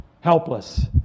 helpless